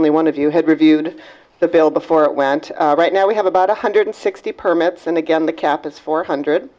only one of you had reviewed the bill before it went right now we have about one hundred sixty permits and again the cap is four hundred